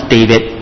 David